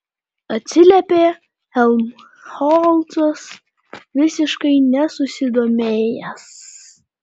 atsiliepė helmholcas visiškai nesusidomėjęs